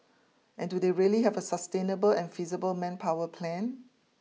and do they really have a sustainable and feasible manpower plan